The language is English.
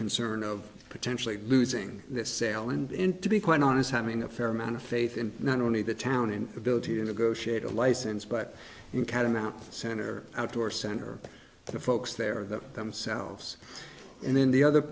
concern of potentially losing the sale and in to be quite honest having a fair amount of faith in not only the town and ability to negotiate a license but in catamounts center outdoor center the folks there that themselves and then the other